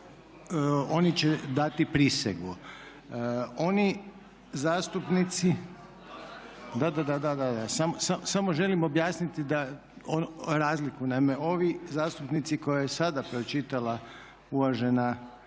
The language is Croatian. oni će dati prisegu. onizastupnici, da, da, samo želim objasniti razliku. Naime ovi zastupnici koje je sada pročitala uvažena